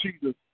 Jesus